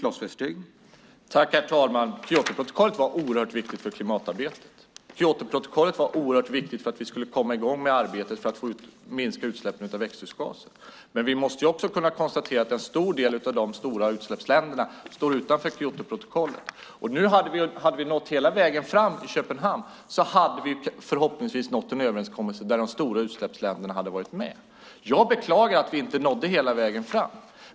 Herr talman! Kyotoprotokollet var oerhört viktigt för klimatarbetet och för att vi skulle komma i gång med arbetet med att minska utsläppen av växthusgaser. Men vi måste också kunna konstatera att en stor del av de stora utsläppsländerna står utanför Kyotoprotokollet. Hade vi nått hela vägen fram i Köpenhamn hade vi, förhoppningsvis, nått en överenskommelse där de stora utsläppsländerna var med. Jag beklagar att vi inte nådde hela vägen fram.